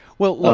well, look.